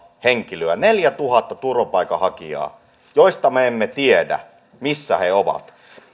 henkilöä neljätuhatta turvapaikanhakijaa joista me emme tiedä missä he ovat